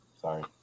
Sorry